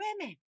women